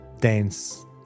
dance